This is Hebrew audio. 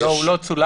יש --- הוא לא צולם.